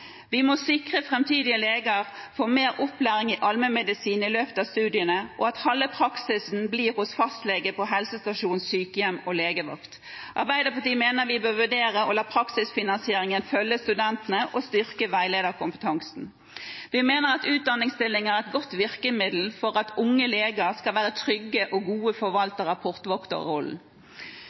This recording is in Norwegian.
Vi må sikre at framtidige leger får mer opplæring i allmennmedisin i løpet av studiene, og at halve praksisen blir hos fastlege, på helsestasjon, i sykehjem og på legevakt. Arbeiderpartiet mener vi bør vurdere å la praksisfinansieringen følge studentene og styrke veiledningskompetansen. Vi mener at utdanningsstillinger er et godt virkemiddel for at unge leger skal være trygge og gode